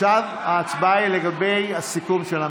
עכשיו ההצבעה היא לגבי הצעת הסיכום של המשותפת.